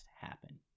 happen